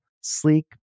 sleek